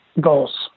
goals